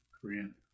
Korean